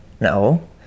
no